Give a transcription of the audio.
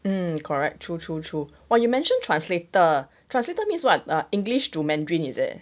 mm correct true true true !wah! you mentioned translator translator means what err english to mandarin is it